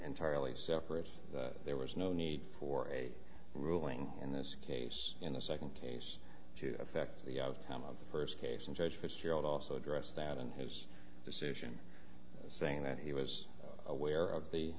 entirely separate there was no need for a ruling in this case in the second case to affect the outcome of the first case and judge fitzgerald also addressed that in his decision saying that he was aware of the